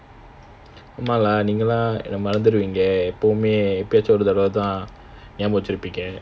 நீங்கலாம் என்ன மறந்துடுவெங்க எப்பயாச்சு ஒரு தடவ தான் ஞாபகம் வெச்சி இருப்பேங்க:neengalaam enna maranthuduweanga eppayachu oru thadawa thaan nyabaham wechi iruppeanga